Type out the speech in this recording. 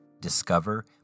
discover